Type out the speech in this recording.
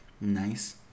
Nice